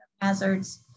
hazards